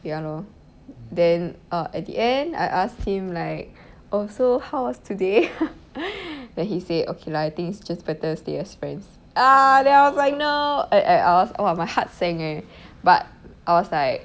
ya lor then uh at the end I asked him like oh so how was today then he say okay lah I think just better to stay as friends ah then I was like no I I ask my heart sank eh but I was like